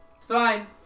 fine